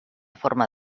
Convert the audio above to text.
forma